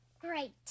Great